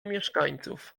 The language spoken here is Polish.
mieszkańców